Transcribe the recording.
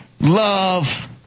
love